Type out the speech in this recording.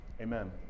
Amen